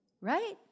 Right